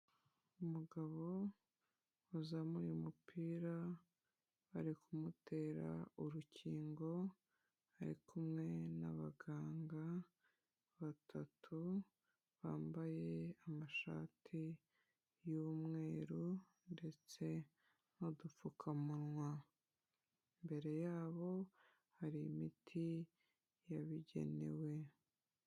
Umugabo wazamuye umupira bari kumutera urukingo, ari kumwe n'abaganga batatu bambaye amashati y'umweru ndetse n'udupfukamunwa, imbere yabo hari imiti yabugenewe.